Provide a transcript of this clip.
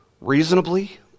reasonably